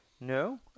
No